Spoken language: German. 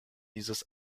dieses